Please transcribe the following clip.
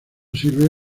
sirve